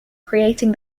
creating